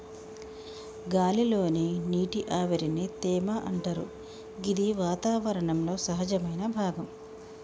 గాలి లోని నీటి ఆవిరిని తేమ అంటరు గిది వాతావరణంలో సహజమైన భాగం